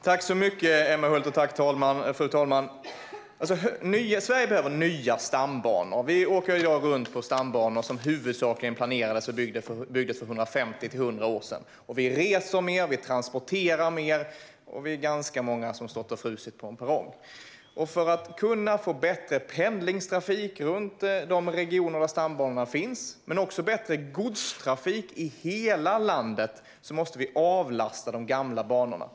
Fru talman! Tack för frågan, Emma Hult! Sverige behöver nya stambanor. Vi åker i dag runt på stambanor som det planerades för och som byggdes för 100-150 år sedan. Vi reser mer, och vi transporterar mer. Dessutom är vi ganska många som har stått och frusit på en perrong. För att kunna få bättre pendlingstrafik runt de regioner där stambanorna finns men också bättre godstrafik i hela landet måste vi avlasta de gamla banorna.